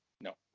No